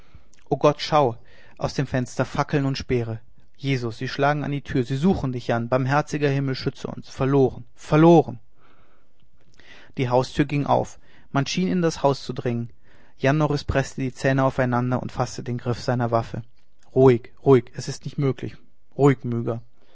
o gott schau aus dem fenster fackeln und speere jesus sie schlagen an die tür sie suchen dich jan barmherziger himmel schütze uns verloren verloren die haustür ging auf man schien in das haus zu dringen jan norris preßte die zähne aufeinander und faßte den griff seiner waffe ruhig ruhig es ist nicht möglich ruhig